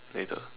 later